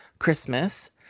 Christmas